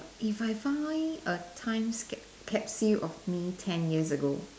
if I find a time scap~ capsule of me ten years ago